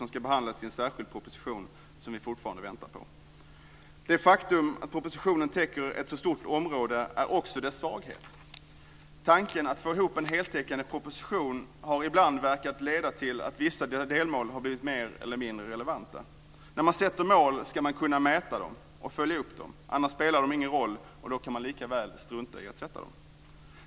Den ska behandlas i en särskild proposition som vi fortfarande väntar på. Det faktum att propositionen täcker ett så stort område är också dess svaghet. Tanken att få ihop en heltäckande proposition har ibland verkat leda till att vissa delmål har blivit mer eller mindre relevanta. När man sätter mål ska man kunna mäta dem och följa upp dem. Annars spelar de ingen roll, och då kan man likaväl strunta i att sätta dem.